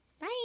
Bye